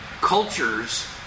cultures